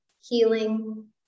healing